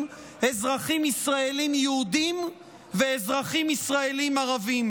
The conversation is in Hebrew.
אזרחים ישראלים יהודים ואזרחים ישראלים ערבים,